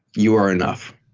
you are enough.